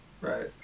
Right